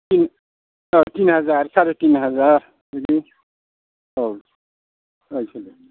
तिन तिन हाजार साराइ तिन हाजार बिदि औ लायसै